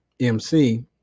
MC